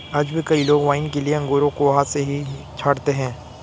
आज भी कई लोग वाइन के लिए अंगूरों को हाथ से ही छाँटते हैं